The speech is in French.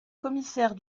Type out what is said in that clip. commissaire